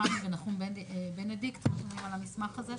חיים ונחום בנדיקט, שניכם חתומים על המסמך הזה.